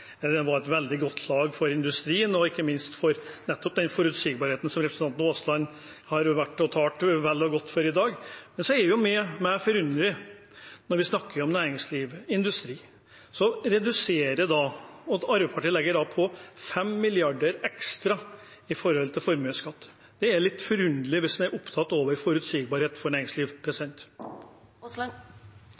fjor var Arbeiderpartiet sterkt motstander av maskinskatten, som var veldig bra for industrien, og ikke minst for nettopp den forutsigbarheten som representanten Aasland har talt vel og godt for i dag. Men jeg blir forundret når vi snakker om næringslivog industri, for Arbeiderpartiet legger på 5 mrd. kr ekstra når det gjelder formuesskatt. Det er litt forunderlig hvis en er opptatt av forutsigbarhet for